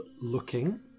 looking